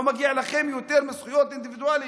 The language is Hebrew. לא מגיע לכם יותר מזכויות אינדיבידואליות.